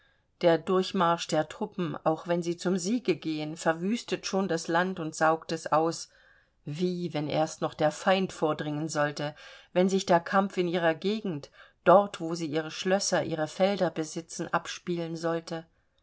der durchmarsch der truppen auch wenn sie zum siege gehen verwüstet schon das land und saugt es aus wie wenn erst noch der feind vordringen sollte wenn sich der kampf in ihrer gegend dort wo sie ihre schlösser ihre felder besitzen abspielen sollte